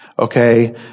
Okay